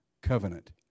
covenant